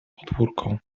podwórko